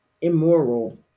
immoral